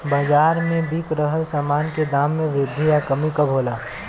बाज़ार में बिक रहल सामान के दाम में वृद्धि या कमी कब होला?